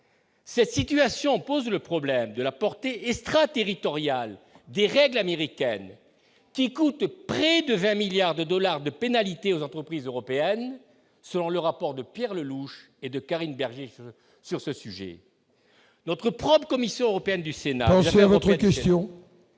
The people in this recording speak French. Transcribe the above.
cette situation pose le problème de la portée et extraterritorial des règles américaines qui coûte près de 20 milliards de dollars de pénalités aux entreprises européennes, selon le rapport de Pierre Lelouche et de Karine Berger sur ce sujet, notre propre commission européenne du Sénat, je vais retrouver tout